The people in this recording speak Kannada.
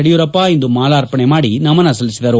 ಯಡಿಯೂರಪ್ಪ ಇಂದುಮಾಲಾರ್ಪಣೆ ಮಾಡಿ ನಮನ ಸಲ್ಲಿಬಿದರು